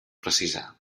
precisar